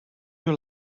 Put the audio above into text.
your